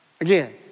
Again